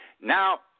Now